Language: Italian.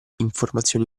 informazioni